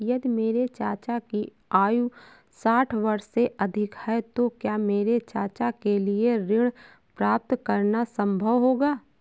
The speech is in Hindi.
यदि मेरे चाचा की आयु साठ वर्ष से अधिक है तो क्या मेरे चाचा के लिए ऋण प्राप्त करना संभव होगा?